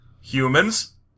Humans